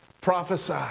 prophesy